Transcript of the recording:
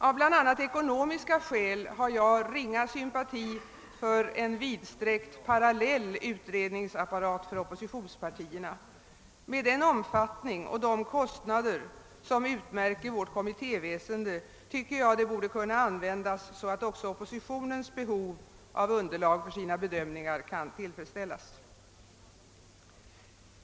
Av bl.a. ekonomiska skäl hyser jag ringa sympati för en vidsträckt parallell utredningsapparat för oppositionspartiernas del. Med den omfattning och de kostnader som utmärker kommittéväsendet bör detta kunna användas så, att också oppositionens behov av underlag för sina bedömningar kan tillfredsställas.